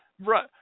Right